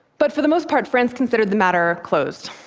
but for the most part, france considered the matter closed.